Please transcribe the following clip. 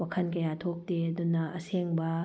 ꯋꯥꯈꯜ ꯀꯌꯥ ꯊꯣꯛꯇꯦ ꯑꯗꯨꯅ ꯑꯁꯦꯡꯕ